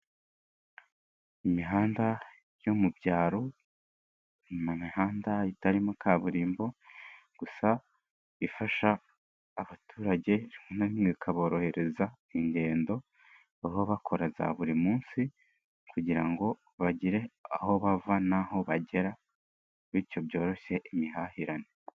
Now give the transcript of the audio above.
Imihanda yo mu byaro ni imihanda itarimo kaburimbo, gusa ifasha abaturage rimwe na rimwe ikaborohereza ingendo baba bakora za buri munsi kugira ngo bagire aho bava naho bagera bityo byoroshye imihahirane.